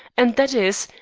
and that is,